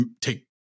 take